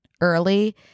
early